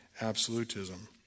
absolutism